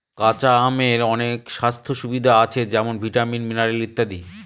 কাঁচা আমের অনেক স্বাস্থ্য সুবিধা আছে যেমন ভিটামিন, মিনারেল ইত্যাদি